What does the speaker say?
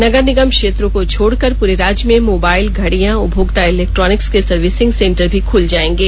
नगर निगम क्षेत्रों को छोड़कर पूरे राज्य में मोबाईल घड़िया उपभोक्ता इलेक्ट्रोनिक्स के सर्विसिंग सेंटर भी खुल जायेंगे